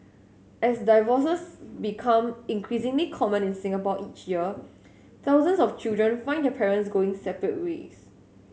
as divorces become increasingly common in Singapore each year thousands of children find their parents going separate ways